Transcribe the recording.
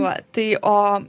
va tai o